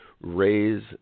raise